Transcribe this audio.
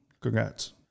congrats